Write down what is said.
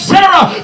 Sarah